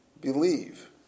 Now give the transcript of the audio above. believe